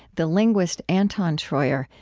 the linguist anton treuer,